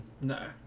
No